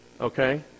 Okay